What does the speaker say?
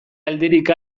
alderik